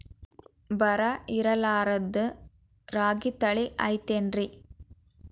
ಬರ ಇರಲಾರದ್ ರಾಗಿ ತಳಿ ಐತೇನ್ರಿ?